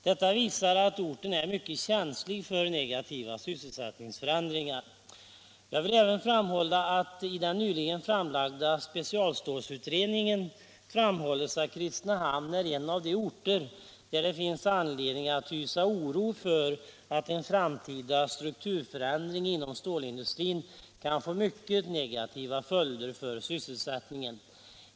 Detta visar att orten är mycket känslig för negativa sysselsättningsförändringar. Jag vill även framhålla att i den nyligen framlagda specialstålsutredningen understryks att Kristinehamn är en av de orter, där det finns anledning att hysa oro för att en framtida strukturförändring inom stålindustrin kan få mycket negativa följder för sysselsättningen.